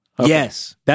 Yes